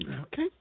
Okay